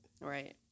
Right